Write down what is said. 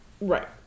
Right